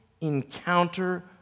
encounter